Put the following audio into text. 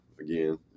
Again